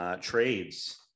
trades